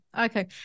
okay